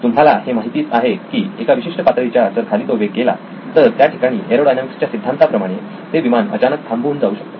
तुम्हाला हे माहीतच आहे की एका विशिष्ट पातळीच्या जर खाली तो वेग गेला तर त्या ठिकाणी एरोडायनॅमिकक्स च्या सिद्धांतांप्रमाणे ते विमान अचानक थांबून जाऊ शकते